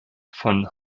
von